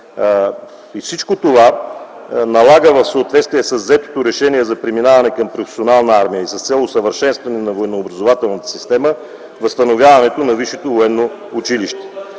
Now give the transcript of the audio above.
Всичко това налага в съответствие с взетото решение за преминаване към професионална армия и с цел усъвършенстване на военнообразователната система възстановяването на